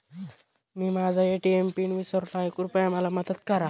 मी माझा ATM PIN विसरलो आहे, कृपया मला मदत करा